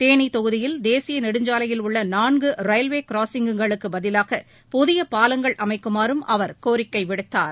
தேனி தொகுதியில் தேசிய நெடுஞ்சாலையில் உள்ள நான்கு ரயில்வே கிராசிங்குகளுக்குப் பதிலாக புதிய பாலங்கள் அமைக்குமாறும் அவர் கோரிக்கை விடுத்தார்